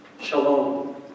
Shalom